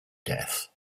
death